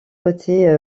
côté